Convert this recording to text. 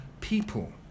people